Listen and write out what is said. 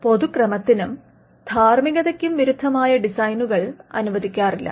പൊതു ക്രമത്തിനും ധാർമ്മികതയ്ക്കും വിരുദ്ധമായ ഡിസൈനുകൾ അനുവദിക്കാറില്ല